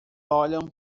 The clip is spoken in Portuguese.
olham